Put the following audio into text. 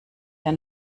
der